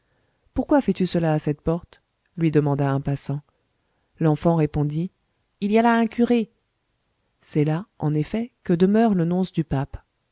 pourquoi fais-tu cela à cette porte lui demanda un passant l'enfant répondit il y a là un curé c'est là en effet que demeure le nonce du pape